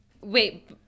wait